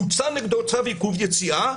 הוצא נגדו צו עיכוב יציאה,